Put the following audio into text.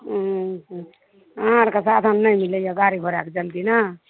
हूँ अहाँ आरकऽ साधन नहि मिलैए गाड़ी घोड़ाक जल्दी नहि